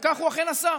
וכך הוא אכן עשה.